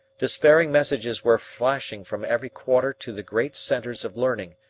despairing messages were flashing from every quarter to the great centres of learning,